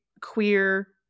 queer